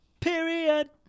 period